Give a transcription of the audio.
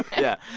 yeah.